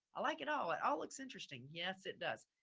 i like it all. it all looks interesting. yes it does.